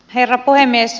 herra puhemies